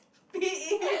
P_E~